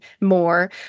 more